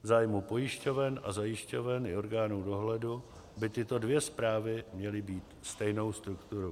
V zájmu pojišťoven a zajišťoven i orgánů dohledu by tyto dvě zprávy měly mít stejnou strukturu.